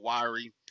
wiry